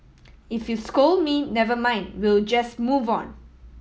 if you scold me never mind we'll just move on